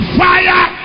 fire